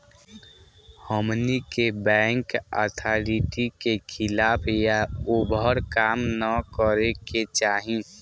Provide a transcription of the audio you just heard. हमनी के bank authority के खिलाफ या ओभर काम न करे के चाही